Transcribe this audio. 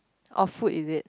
awful is it